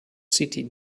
city